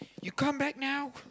you come back now